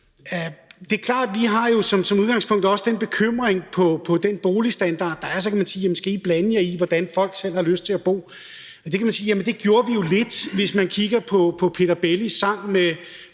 Det er klart, at vi jo som udgangspunkt også har en bekymring for den boligstandard, der er. Så kan man sige: Jamen skal I blande jer i, hvordan folk har lyst til at bo? Og der kan man sige, at det gjorde vi jo lidt, hvis vi kigger på Peter Bellis sang